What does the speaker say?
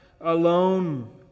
alone